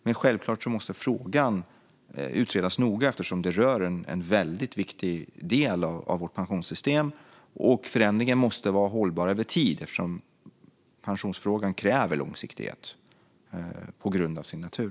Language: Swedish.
Men självklart måste frågan utredas noga, eftersom det rör en väldigt viktig del av vårt pensionssystem. Förändringen måste vara hållbar över tid, eftersom pensionsfrågan kräver långsiktighet på grund av sin natur.